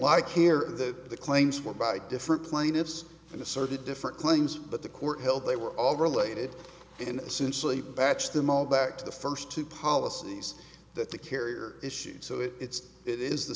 like here that the claims were by different plaintiffs and asserted different claims but the court held they were all related and essentially batch them all back to the first two policies that the carrier issued so it's it is the